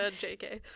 JK